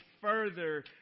further